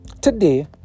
Today